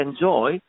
enjoy